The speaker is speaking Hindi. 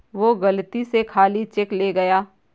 वो गलती से खाली चेक ले गया